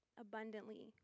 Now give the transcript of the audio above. abundantly